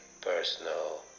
personal